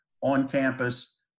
on-campus